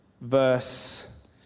verse